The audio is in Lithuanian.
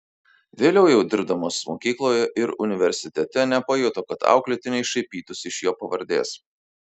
vėliau jau dirbdamas mokykloje ir universitete nepajuto kad auklėtiniai šaipytųsi iš jo pavardės